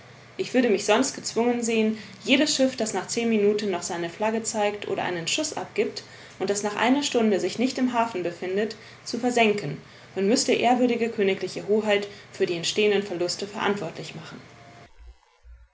ich würde mich sonst gezwungen sehen jedes schiff das nach zehn minuten noch seine flagge zeigt oder einen schuß abgibt und das nach einer stunde sich nicht im hafen befindet zu versenken und müßte ew kgl hoheit für die entstehenden verluste verantwortlich machen